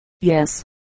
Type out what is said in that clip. Yes